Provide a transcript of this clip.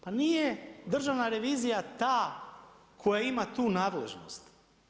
Pa nije Državna revizija ta koja ima tu nadležnost.